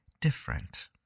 different